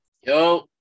yo